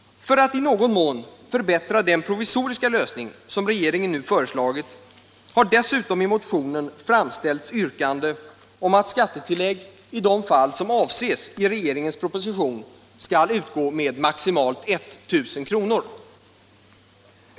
För att i någon mån förbättra den provisoriska lösning som regeringen nu har föreslagit har dessutom i motionen framställts yrkande om att skattetillägg i de fall som avses i regeringens proposition skall utgå med maximalt 1000 kr.